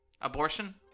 Abortion